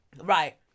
Right